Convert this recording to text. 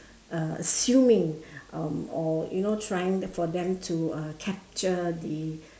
uh assuming um or you know trying for them to uh capture the